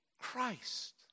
Christ